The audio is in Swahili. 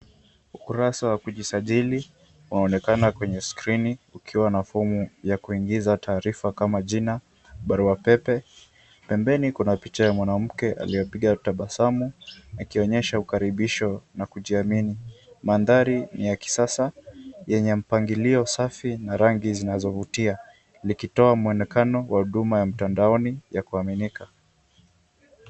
Ukurasa wa kujisajili waonekana kwenye screen ukiwa na fomu ya kuingiza taarifa kama jina, barua pepe, pembeni kuna picha ya mwanamke aliyepiga tabasamu, akionyesha ukaribisho na kujiamini. Mandhari ni ya kisasa yenye mpangilio safi na rangi zinazovutia, likitoa mwonekano wa huduma ya mtandaoni ya kuaminika.